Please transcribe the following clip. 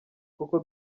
koko